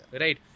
Right